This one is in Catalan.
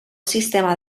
sistema